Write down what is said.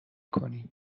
کنیم